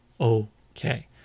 okay